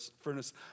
furnace